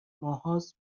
ماههاست